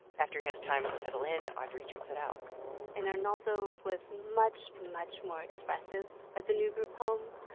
after he has time to settle in, audrey checks it out and arnaldo was much, much more expressive at the new group home.